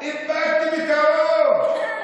איבדתם את הראש.